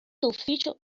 ufficio